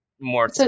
more